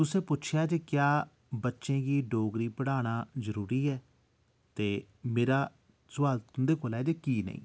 तुसें पुच्छेआ जे क्या बच्चें गी डोगरी पढ़ाना जरूरी ऐ ते मेरा सोआल तुं'दे कोला ऐ जे की नेईं